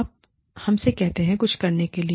आप हमसे कहते हैं कुछ करने के लिए